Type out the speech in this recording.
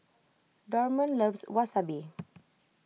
Dorman loves Wasabi